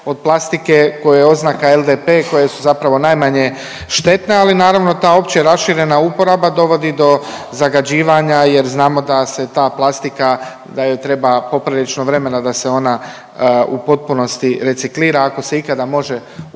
od plastike kojoj je oznaka LDP koje su zapravo najmanje štetne, ali naravno ta opće raširena uporaba dovodi do zagađivanja jer znamo da se ta plastika, da joj treba poprilično vremena da se ona u potpunosti reciklira ako se ikada može u